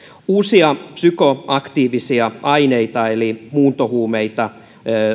uusia psykoaktiivisia aineita eli muuntohuumeita